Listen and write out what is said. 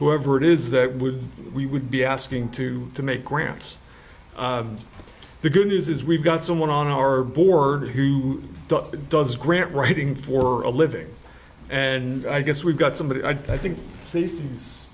whoever it is that would we would be asking to to make grants the good news is we've got someone on our board who does grant writing for a living and i guess we've got somebody i think